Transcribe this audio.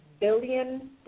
billion